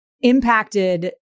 impacted